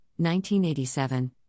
1987